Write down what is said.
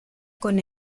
con